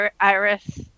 Iris